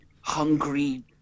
hungry